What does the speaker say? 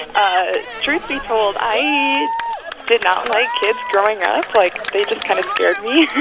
ah truth be told, i did not like kids growing up. like, they just kind of scared me